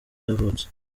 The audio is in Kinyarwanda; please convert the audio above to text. yavutse